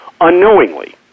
unknowingly